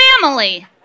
family